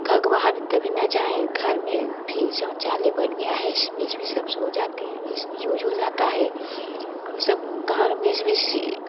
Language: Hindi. घघ वाहर भीतर भी ना जाए घर में भी शौचालय बन गया है इसमें भी सब सो जाते हैं इसलिए यूज हो जाता है हम सब घर में ज बी सी